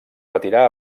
retirà